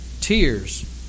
Tears